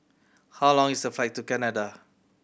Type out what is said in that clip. how long is the flight to Canada